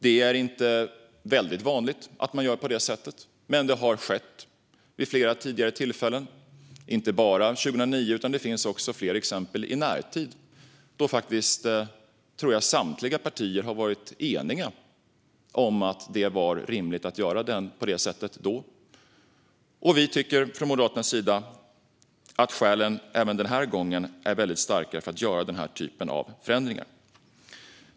Det är inte väldigt vanligt att man gör på det sättet, men det har skett vid flera tidigare tillfällen. Det har inte bara skett 2009, utan det finns också flera exempel i närtid då - tror jag - samtliga partier har varit eniga om att det var rimligt att göra på det sättet. Vi tycker från Moderaternas sida att skälen för att göra den här typen av förändringar även denna gång är väldigt starka.